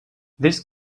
this